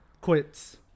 quits